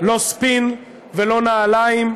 לא ספין ולא נעליים,